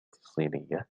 الصينية